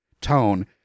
tone